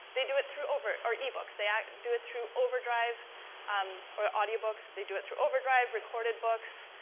they do it through over, or ebooks. they ah do it through overdrive um or audiobooks, they do it through overdrive, recorded books,